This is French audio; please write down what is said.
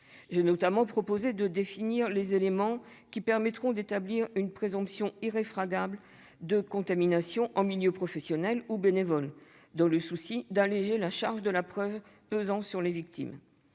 J'ai notamment proposé de définir les éléments qui permettront d'établir une présomption irréfragable de contamination en milieu professionnel ou bénévole, dans le souci d'alléger la charge de la preuve pesant sur les victimes.